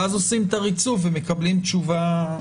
ואז עושים את הריצוף ומקבלים תשובה.